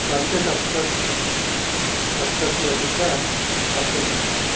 पञ्चसप्त सप्तत्यधिक सप्तशतम्